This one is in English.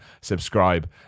Subscribe